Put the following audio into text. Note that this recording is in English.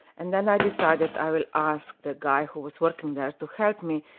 and then i decided i will ask the guy who was working there to help me.